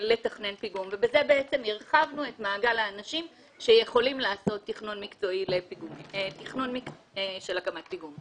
בזה בעצם הרחבנו את מעגל האנשים שיכולים לעשות תכנון של הקמת פיגום.